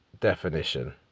definition